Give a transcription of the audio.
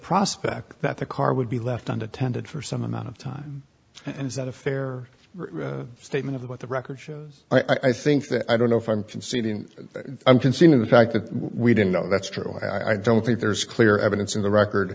prospect that the car would be left and attended for some amount of time and is that a fair statement of what the record shows i think that i don't know if i'm conceding that i'm conceding the fact that we didn't know that's true i don't think there's clear evidence in the record